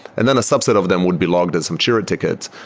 and then a subset of them would be logged as some jira ticket.